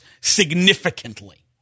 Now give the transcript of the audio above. significantly